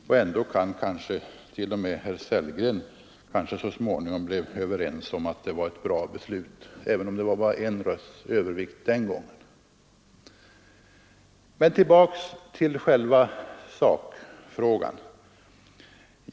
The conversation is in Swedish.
Också herr Sellgren har kanske så småningom fått den uppfattningen att det var ett bra beslut, även om det fattats med bara en rösts övervikt. Men tillbaka till själva sakfrågan.